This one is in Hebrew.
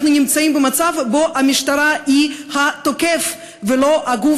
אנחנו נמצאים במצב שבו המשטרה היא התוקף ולא הגוף